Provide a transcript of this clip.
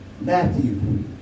Matthew